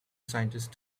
scientist